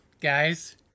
Guys